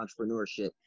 entrepreneurship